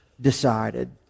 decided